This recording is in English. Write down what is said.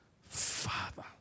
father